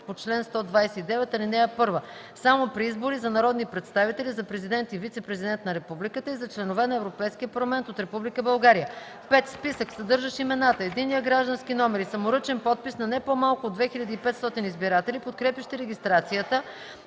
по чл. 129, ал. 1 – само при избори за народни представители, за президент и вицепрезидент на републиката и за членове на Европейския парламент от Република България; 5. списък, съдържащ имената, единния граждански номер и саморъчен подпис на не по-малко от 2500 избиратели, подкрепящи регистрацията;